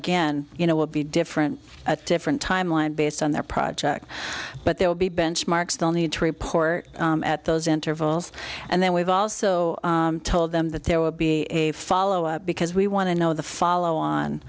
again you know will be different at different time line based on their project but there will be benchmarks they'll need to report at those intervals and then we've also told them that there will be a follow up because we want to know the follow on